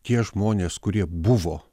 tie žmonės kurie buvo